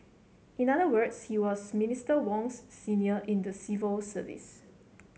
in other words he was Minister Wong's senior in the civil service